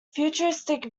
futuristic